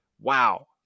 wow